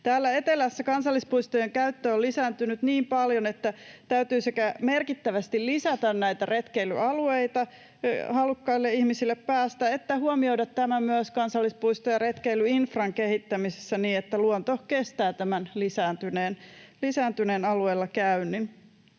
Täällä etelässä kansallispuistojen käyttö on lisääntynyt niin paljon, että täytyy sekä merkittävästi lisätä näitä retkeilyalueita halukkaille ihmisille että huomioida tämä myös kansallispuisto‑ ja retkeilyinfran kehittämisessä niin, että luonto kestää tämän lisääntyneen alueella käynnin.